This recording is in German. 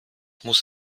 muss